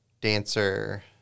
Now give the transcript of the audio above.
Dancer